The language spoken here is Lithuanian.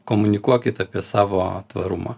komunikuokit apie savo tvarumą